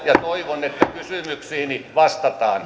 ja toivon että kysymyksiini vastataan